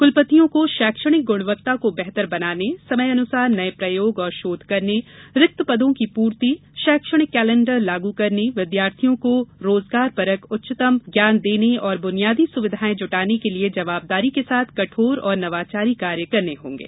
कुलपतियों को शैक्षणिक गृणवत्ता को बेहतर बनाने समय अनुसार नये प्रयोग और शोध करने रिक्त पदों की पूर्ति शैक्षणिक कैलेण्डर लागू करने विद्यार्थियों को रोजगारपरक उच्चतम ज्ञान देने और बुनियादी सुविधाएँ जुटाने के लिए जवाबदारी के साथ कठोर और नवाचारी कार्य करने होंगे